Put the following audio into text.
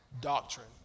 doctrine